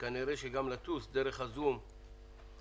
כנראה שלטוס דרך הזום יהיה